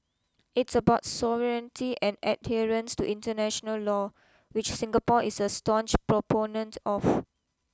it's about sovereignty and adherence to international law which Singapore is a staunch proponent of